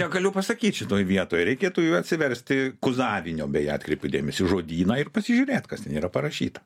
negaliu pasakyt šitoj vietoj reikėtų jau atsiversti kuzavinio beje atkreipiu dėmesį žodyną ir pasižiūrėt kas ten yra parašyta